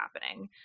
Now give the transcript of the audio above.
happening